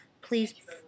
please